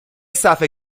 صفحه